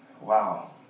wow